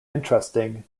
interesting